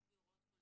לפי הוראות כל